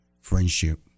friendship